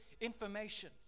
information